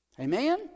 Amen